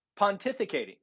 pontificating